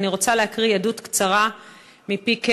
ואני רוצה להקריא עדות קצרה מפי קייס: